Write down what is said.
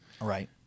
Right